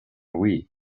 wii